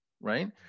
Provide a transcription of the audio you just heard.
right